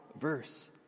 verse